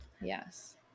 yes